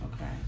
Okay